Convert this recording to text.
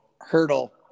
hurdle